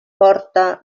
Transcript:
porta